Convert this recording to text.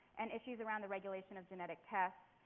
and issues around the regulation of genetic test.